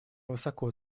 высоко